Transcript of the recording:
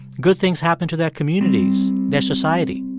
good things happen to their communities, their society.